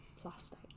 plastic